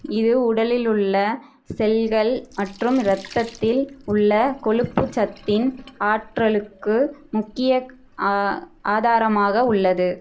இது உடலிலுள்ள செல்கள் மற்றும் ரத்தத்தில் உள்ள கொழுப்புச் சத்தின் ஆற்றலுக்கு முக்கிய ஆதாரமாக உள்ளது